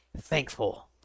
thankful